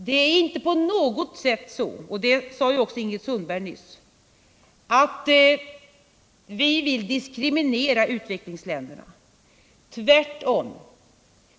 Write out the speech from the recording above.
Det är inte på något sätt så — det sade också Ingrid Sundberg nyss —-att vi vill diskriminera utvecklingsländerna, tvärtom.